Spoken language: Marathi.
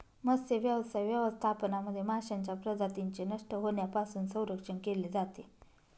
मत्स्यव्यवसाय व्यवस्थापनामध्ये माशांच्या प्रजातींचे नष्ट होण्यापासून संरक्षण केले जाते